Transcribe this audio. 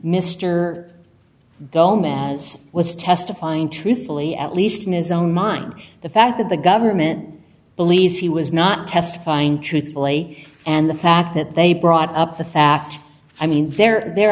mr gomez was testifying truthfully at least in his own mind the fact that the government believes he was not testifying truthfully and the fact that they brought up the fact i mean there are the